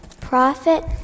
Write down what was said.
prophet